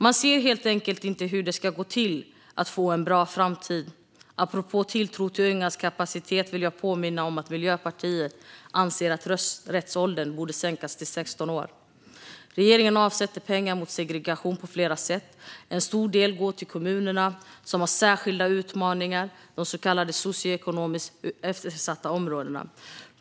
Man ser helt enkelt inte hur det ska gå till att få en bra framtid. Apropå tilltro till ungas kapacitet vill jag påminna om att Miljöpartiet anser att rösträttsåldern borde sänkas till 16 år. Regeringen avsätter pengar mot segregation på flera sätt. En stor del går till kommuner som har särskilda utmaningar, de så kallade socioekonomiskt eftersatta områdena.